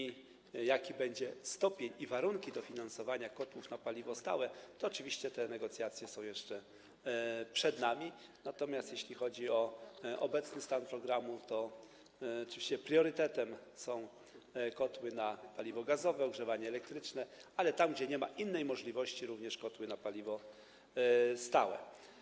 Jeśli chodzi o to, jaki będzie stopień i warunki dofinansowania kotłów na paliwo stałe, to oczywiście te negocjacje są jeszcze przed nami, natomiast jeśli chodzi o obecny stan programu, to oczywiście priorytetami są kotły na paliwo gazowe i ogrzewanie elektryczne, ale tam gdzie nie ma innej możliwości - również kotły na paliwo stałe.